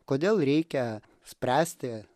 kodėl reikia spręsti